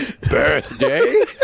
birthday